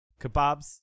Kebabs